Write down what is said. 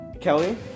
Kelly